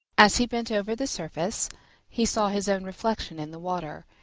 as he bent over the surface he saw his own reflection in the water,